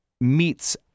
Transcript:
meets